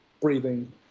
breathing